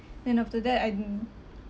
then after that I